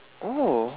oh